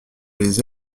les